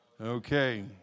Okay